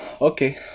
Okay